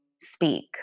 speak